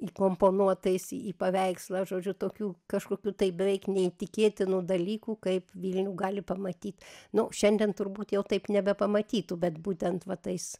įkomponuotais į paveikslą žodžiu tokių kažkokių tai beveik neįtikėtinų dalykų kaip vilnių gali pamatyt nu šiandien turbūt jau taip nebepamatytų bet būtent va tais